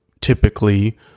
typically